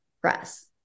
Press